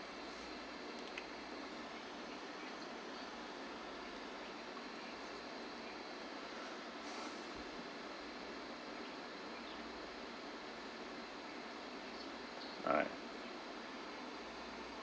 alright